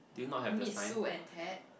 meet Su and Ted